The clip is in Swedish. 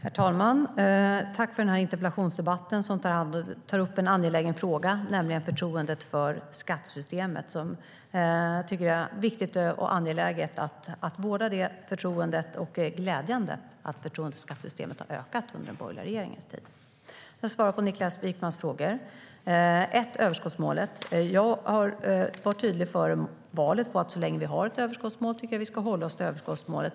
STYLEREF Kantrubrik \* MERGEFORMAT Svar på interpellationerLåt mig svara på Niklas Wykmans frågor. När det gäller överskottsmålet var jag tydlig före valet med att så länge vi har ett överskottsmål ska vi hålla oss till det.